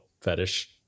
fetish